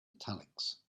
italics